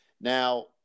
now